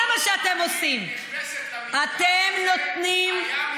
זה מה שאתם עושים, אתם נותנים,